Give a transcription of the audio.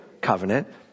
covenant